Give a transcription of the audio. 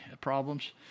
problems